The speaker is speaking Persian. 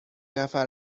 نفر